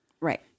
Right